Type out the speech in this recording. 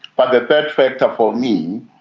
but the third factor for me,